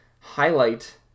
highlight